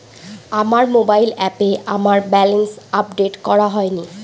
আমার মোবাইল অ্যাপে আমার ব্যালেন্স আপডেট করা হয়নি